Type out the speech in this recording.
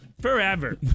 Forever